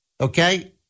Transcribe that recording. okay